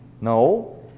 No